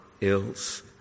ills